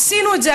עשינו את זה,